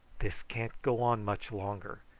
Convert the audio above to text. this can't go on much longer.